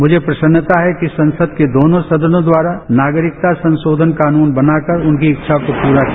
मुझे प्रसन्नता है कि संसेद के दोनों सदनों द्वारा नागरिकता संशोधन कानून बनाकर उनकी इच्छा को पूरा किया